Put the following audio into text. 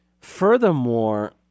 Furthermore